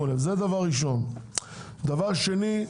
דבר שני,